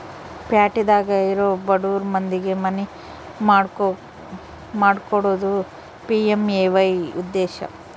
ಪ್ಯಾಟಿದಾಗ ಇರೊ ಬಡುರ್ ಮಂದಿಗೆ ಮನಿ ಮಾಡ್ಕೊಕೊಡೋದು ಪಿ.ಎಮ್.ಎ.ವೈ ಉದ್ದೇಶ